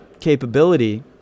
capability